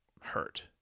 hurt